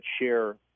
share